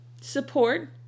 support